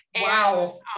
Wow